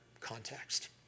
context